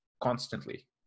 constantly